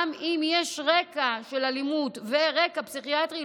גם אם יש רקע של אלימות ורקע פסיכיאטרי,